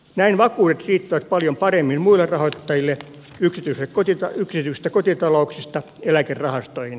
näin vakuudet riittävät paljon paremmin muille rahoittajille yksityisistä kotitalouksista eläkerahastoihin